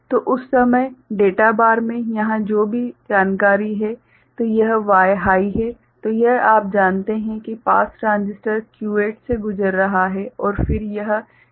तो उस समय डेटा बार में यहाँ जो भी जानकारी है तो यह Y हाइ है तो यह आप जानते हैं कि पास ट्रांजिस्टर Q8 से गुजर रहा है और फिर यह एक CMOS इंवर्टर है